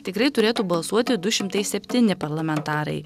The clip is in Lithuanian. tikrai turėtų balsuoti du šimtai septyni parlamentarai